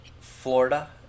Florida